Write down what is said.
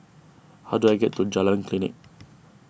how do I get to Jalan Klinik